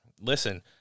listen